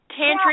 Tantric